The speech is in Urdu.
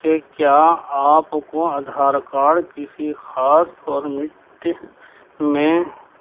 کہ کیا آپ کو آدھار کارڈ کسی خاص فارمیٹ میں